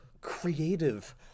creative